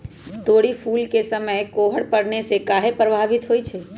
तोरी फुल के समय कोहर पड़ने से काहे पभवित होई छई?